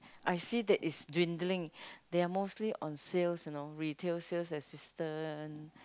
I see that it's dwindling there're mostly on sales you know retail sales assistant